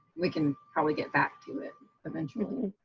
we can probably get back to it eventually.